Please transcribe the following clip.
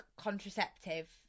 contraceptive